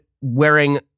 wearing